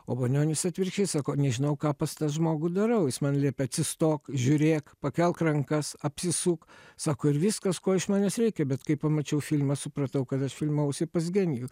o banionis atvirkščiai sako nežinau ką pas tą žmogų darau jis man liepė atsistok žiūrėk pakelk rankas apsisuk sako ir viskas ko iš manęs reikia bet kai pamačiau filmą supratau kad aš filmavausi pas genijų